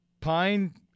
Pine